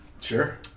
Sure